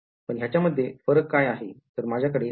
पण ह्याच्या मध्ये फरक काय आहे तर माझ्याकडे २ variables आहेत